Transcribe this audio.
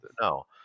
no